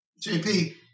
jp